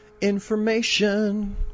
Information